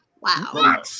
Wow